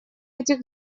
этих